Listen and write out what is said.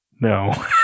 no